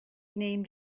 named